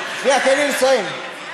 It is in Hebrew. תן לי לסיים.